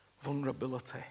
vulnerability